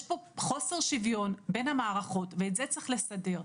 יש פה חוסר שוויון בין המערכות ואת זה צריך לסדר.